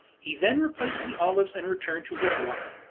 he then replaced the olives and returned to his wife.